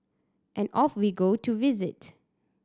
and off we go to visit